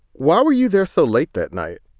why were you there so late that night?